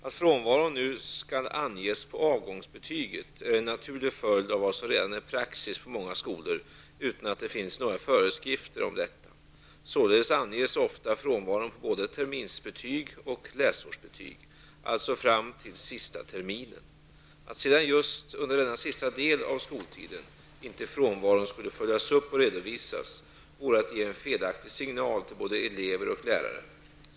Att frånvaron nu skall anges på avgångsbetyget är en naturlig följd av vad som redan är praxis på många skolor utan att det finns några föreskrifter om detta. Således anges ofta frånvaron på både terminsbetyg och läsårsbetyg, alltså fram till sista terminen. Att sedan just under denna sista del av skoltiden inte frånvaron skulle följas upp och redovisas vore att ge en felaktig signal till både elever och lärare.